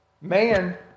man